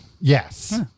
Yes